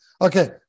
Okay